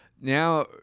Now